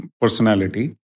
personality